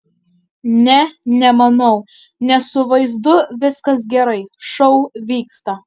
ne nemanau nes su vaizdu viskas gerai šou vyksta